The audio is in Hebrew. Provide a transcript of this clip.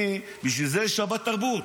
בשביל זה יש שבתרבות.